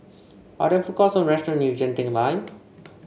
are there food courts or restaurants near Genting Lane